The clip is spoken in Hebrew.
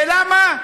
ולמה?